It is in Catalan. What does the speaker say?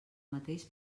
mateix